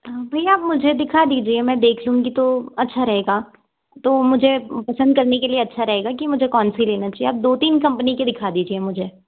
भैया आप मुझे दिखा दीजिए मैं देख लूँगी तो अच्छा रहेगा तो मुझे पसंद करने के लिए अच्छा रहेगा कि मुझे कोनसी लेना चाहिए आप दो तीन कंपनी के दिखा दीजिए मुझे